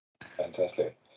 Fantastic